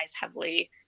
heavily